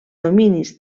dominis